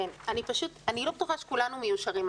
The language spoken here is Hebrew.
אני לא בטוחה שכולנו מיושרים,